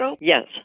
Yes